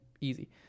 easy